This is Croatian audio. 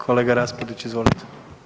Kolega Raspudić, izvolite.